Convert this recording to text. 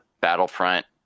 Battlefront